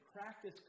practice